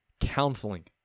counseling